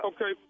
Okay